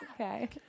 Okay